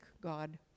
God